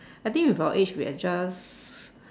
I think with our age we are just